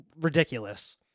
ridiculous